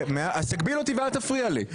תגביל אותי ואל תפריע לי.